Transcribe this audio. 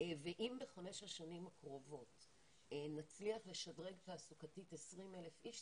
ואם בחמש השנים הקרובות נצליח לשדרג תעסוקתית 20,000 אנשים,